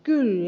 kyllä